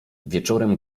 wieczorem